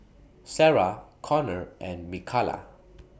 Sara Connor and Mikala